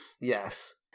yes